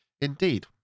indeed